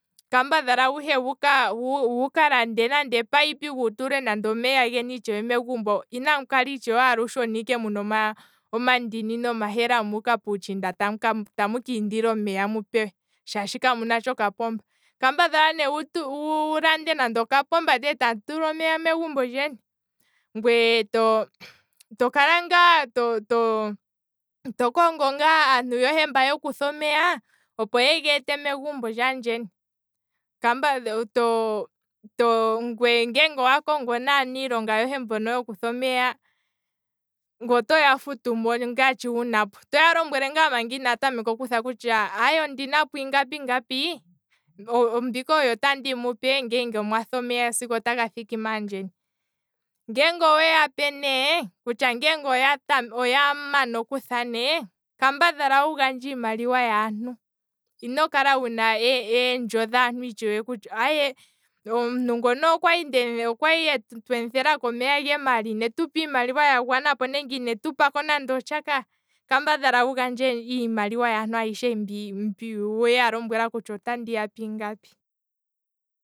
Kambadhala wuhe wuka lande ee pipe wu tule omeya geni megumbo, inamukala itshewe alushe one ike muna omandini noma hela muuka puutshinda tamu ka indila omeya mu pewe shaashi kamuntsha okapomba, kambadhala ne wu- wu lande nande oka pomba ndele tamu tula omeya megumbo lyeni, ngwee to, tokala ngaa to- to- to kongo ngaa aantu yohe mba yokutha omeya, opo ye geete megumbo lyaandjeni, to- to- ngeenge owa kongo ne aanilonga yohe mba yokutha omeya, ngweye otoya futumo ngaa ne shi wunapo, otoya lombwele ngaa manga inaya tameka okutha kutya aye ondinapo ingapi ngapi, mbika oyo tandi mupe ngele omwathe omeya sigo taga thiki maandjetu, ngeenge oweya pe nee, kutya ngeenge oya mana okutha ne, kambadhalawugandje iimaliwa yaantu, ino kala wuna eendjo dhaantu kutya aaye, omuntu ngono okwali twemu thelako omeya ge maala inetupa iimaliwa yagwana nenge inetu pako tsha ka, kambadhala wugandje iimaliwa yaantu ayishe mbi- mbi weya lombwela kutya otoya pe ingapi.